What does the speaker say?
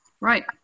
Right